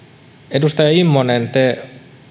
edustaja immonen te